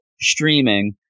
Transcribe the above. streaming